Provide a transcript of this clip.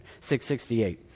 668